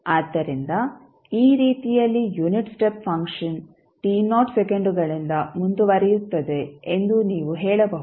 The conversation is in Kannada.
ಆದ್ದರಿಂದ ಈ ರೀತಿಯಲ್ಲಿ unit step function t naught ಸೆಕೆಂಡುಗಳಿಂದ ಮುಂದುವರಿಯುತ್ತದೆ ಎಂದು ನೀವು ಹೇಳಬಹುದು